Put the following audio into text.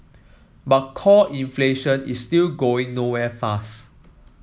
but core inflation is still going nowhere fast